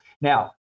Now